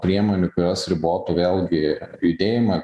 priemonių kurios ribotų vėlgi judėjimą